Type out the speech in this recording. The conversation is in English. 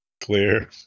Clear